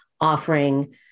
offering